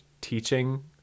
teaching